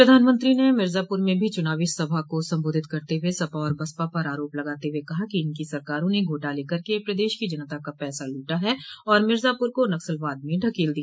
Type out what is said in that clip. प्रधानमंत्री ने मिर्जापुर में भी चुनावी सभा को संबोधित करते हुए सपा और बसपा पर आरोप लगाते हुए कहा कि इनकी सरकारों ने घोटाले करके प्रदेश की जनता का पैसा लूटा है और मिर्जापुर को नक्सलवाद में ढकेल दिया